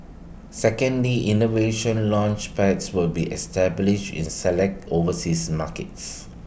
secondly innovation Launchpads will be established in selected overseas markets